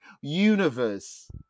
Universe